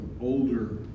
older